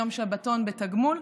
יום שבתון בתגמול,